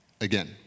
again